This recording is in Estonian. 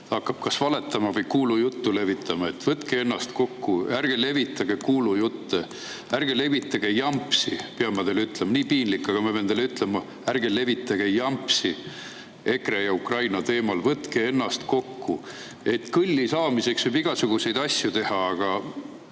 hakkab ta valetama või kuulujuttu levitama. Võtke ennast kokku! Ärge levitage kuulujutte! Ärge levitage jampsi, pean ma teile ütlema! Nii piinlik, aga ma pean teile ütlema: ärge levitage jampsi EKRE ja Ukraina teemal! Võtke ennast kokku! Kõlli saamiseks võib igasuguseid asju teha, aga